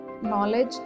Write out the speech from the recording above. knowledge